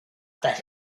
that